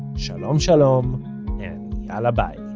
shalom shalom and yalla bye